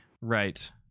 Right